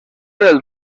del